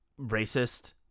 racist